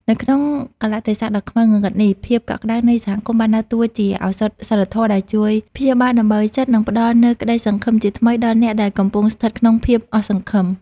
នៅក្នុងកាលៈទេសៈដ៏ខ្មៅងងឹតនេះ ភាពកក់ក្ដៅនៃសហគមន៍បានដើរតួជា ឱសថសីលធម៌ ដែលជួយព្យាបាលដំបៅចិត្ត និងផ្ដល់នូវក្ដីសង្ឃឹមជាថ្មីដល់អ្នកដែលកំពុងស្ថិតក្នុងភាពអស់សង្ឃឹម។